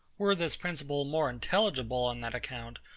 were this principle more intelligible on that account,